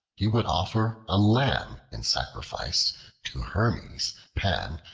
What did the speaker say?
he would offer a lamb in sacrifice to hermes, pan,